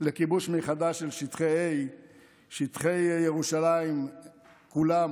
לכיבוש מחדש של שטחי A. שטחי ירושלים כולם